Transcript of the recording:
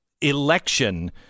election